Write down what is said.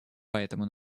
поэтому